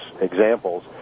examples